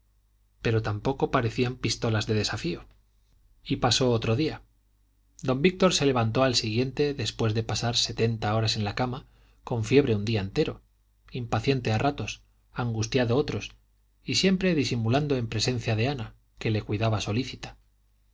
pero tampoco parecían pistolas de desafío y pasó otro día don víctor se levantó al siguiente después de pasar setenta horas en la cama con fiebre un día entero impaciente a ratos angustiado otros y siempre disimulando en presencia de ana que le cuidaba solícita